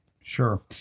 Sure